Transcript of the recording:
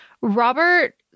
Robert